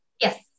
Yes